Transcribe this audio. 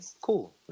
cool